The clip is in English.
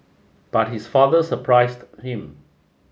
but his father surprised him